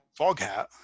foghat